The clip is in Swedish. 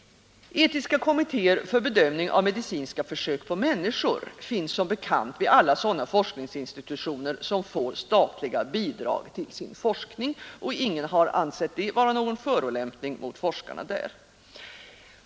Etiska kommittéer för bedömning av medicinska försök på människor finns som bekant vid alla sådana forskningsinstitutioner som får statliga bidrag till sin forskning, och ingen har ansett det vara någon .örolämpning mot forskarna där.